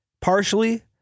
partially